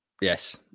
Yes